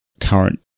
current